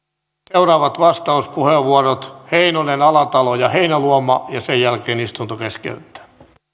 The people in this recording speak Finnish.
seuraavat vastauspuheenvuorot heinonen alatalo ja heinäluoma sen jälkeen istunto keskeytetään